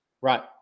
Right